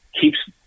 Keeps